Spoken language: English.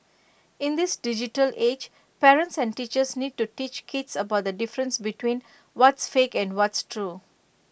in this digital age parents and teachers need to teach kids about the difference between what's fake and what's true